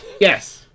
Yes